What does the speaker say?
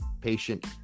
patient